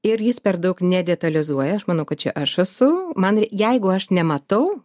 ir jis per daug nedetalizuoja aš manau kad čia aš esu man jeigu aš nematau